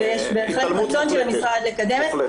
-- -ויש בהחלט רצון של המשרד לקדם את